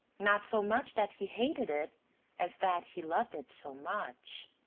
not so much that he hated it as that he loved it so much.